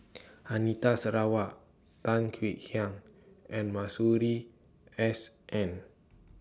Anita Sarawak Tan Kek Hiang and Masuri S N